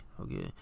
okay